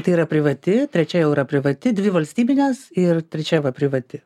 tai yra privati trečia jau yra privati dvi valstybinės ir trečia va privati